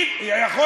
אי-אפשר.